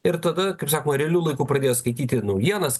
ir tada kaip sakoma realiu laiku pradėjo skaityti naujienas